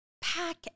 pack